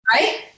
Right